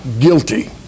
guilty